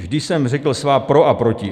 Vždy jsem řekl svá pro a proti.